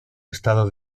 estado